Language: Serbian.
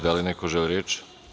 Da li neko želi reč?